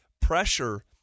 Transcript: pressure